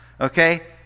Okay